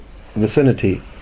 vicinity